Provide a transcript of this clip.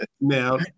Now